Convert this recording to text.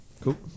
cool